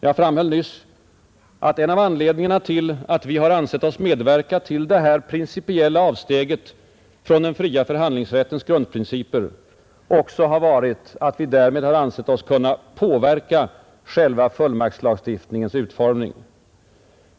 Jag framhöll nyss att en av anledningarna till att vi har ansett oss böra medverka till detta principiella avsteg från den fria förhandlingsrättens grundprinciper har varit att vi därmed ansett oss kunna påverka själva fullmaktslagstiftningens utformning.